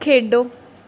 ਖੇਡੋ